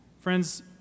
Friends